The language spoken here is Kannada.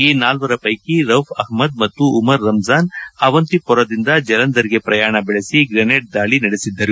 ಈ ನಾಲ್ವರ ಪೈಕಿ ರೌಫ್ ಅಹಮ್ಮದ್ ಮತ್ತು ಉಮರ್ ರಂಜಾನ್ ಅವರು ಅವಂತಿಪೊರದಿಂದ ಜಲಂಧರ್ಗೆ ಪ್ರಯಾಣ ಬೆಳೆಸಿ ಗ್ರೆನೇಡ್ ದಾಳಿ ಮಾಡಿದ್ದರು